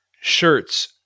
shirts